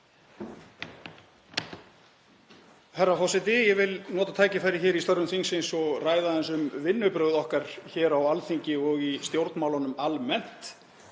Herra forseti. Ég vil nota tækifærið hér í störfum þingsins og ræða aðeins um vinnubrögð okkar hér á Alþingi og í stjórnmálunum almennt.